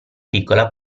piccola